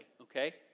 Okay